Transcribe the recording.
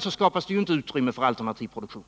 så skapas det ju inte utrymme för alternativ produktion.